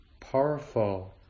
powerful